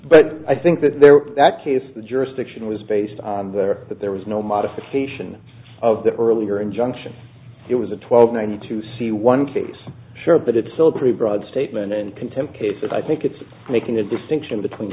but i think that there that case the jurisdiction was based on there that there was no modification of the earlier injunction it was a twelve ninety two c one case sure but it's still pretty broad statement and contempt cases i think it's making the distinction between